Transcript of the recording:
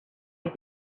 had